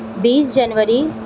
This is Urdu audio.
بیس جنوری